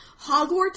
Hogwarts